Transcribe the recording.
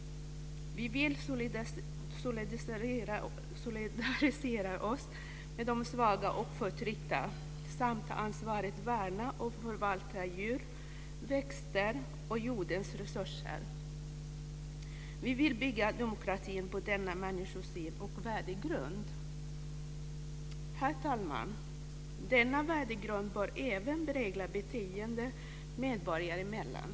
Vi vill solidarisera oss med de svaga och förtryckta samt ansvarigt värna och förvalta djur, växter och jordens resurser. På denna människosyn och värdegrund vill vi bygga demokratin. Herr talman! Denna värdegrund bör även prägla beteende medborgare emellan.